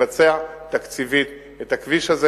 לבצע תקציבית את הכביש הזה,